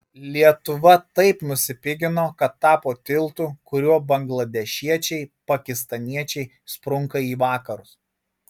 lietuva taip nusipigino kad tapo tiltu kuriuo bangladešiečiai pakistaniečiai sprunka į vakarus